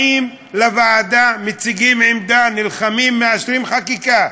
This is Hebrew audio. באים לוועדה, מציגים עמדה, נלחמים להשלים חקיקה,